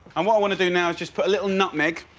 and what i wanna do now is just put a little nutmeg.